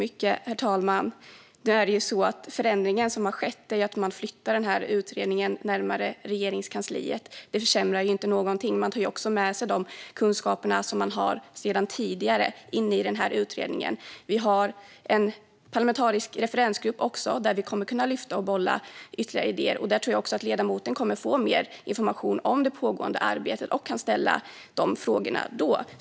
Herr talman! Nu är det ju så att förändringen som har skett är att man flyttat utredningen närmare Regeringskansliet. Det försämrar inte någonting. Man tar med sig de kunskaper man har sedan tidigare i utredningen. Det finns också en parlamentarisk referensgrupp där man kommer att kunna lyfta och bolla ytterligare idéer. Jag tror att ledamoten kommer att få mer information om det pågående arbetet och kan ställa de frågorna då.